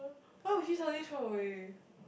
why would she suddenly throw away